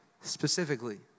specifically